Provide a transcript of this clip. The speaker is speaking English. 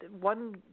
one